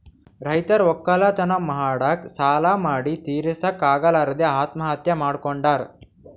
ರೈತರ್ ವಕ್ಕಲತನ್ ಮಾಡಕ್ಕ್ ಸಾಲಾ ಮಾಡಿ ತಿರಸಕ್ಕ್ ಆಗಲಾರದೆ ಆತ್ಮಹತ್ಯಾ ಮಾಡ್ಕೊತಾರ್